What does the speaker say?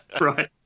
Right